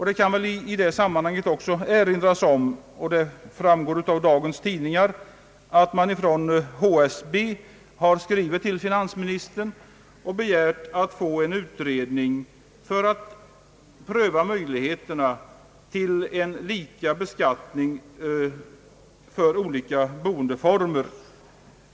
Det kan väl i sammanhanget också erinras om — vilket framgår av dagens tidningar — att HSB har skrivit till finansministern och begärt en utredning för att pröva möjligheterna till lika beskattning för olika boendeformer.